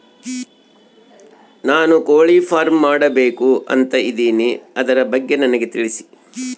ನಾನು ಕೋಳಿ ಫಾರಂ ಮಾಡಬೇಕು ಅಂತ ಇದಿನಿ ಅದರ ಬಗ್ಗೆ ನನಗೆ ತಿಳಿಸಿ?